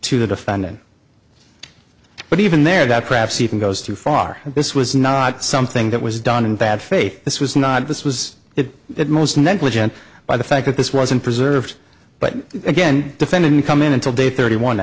to the defendant but even there that perhaps even goes too far and this was not something that was done in bad faith this was not this was it it most negligent by the fact that this wasn't preserved but again defended you come in until day thirty one